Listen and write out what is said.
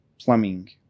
plumbing